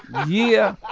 yeah.